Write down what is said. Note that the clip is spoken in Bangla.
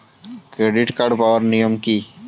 ক্রেডিট কার্ড পাওয়ার নিয়ম কী?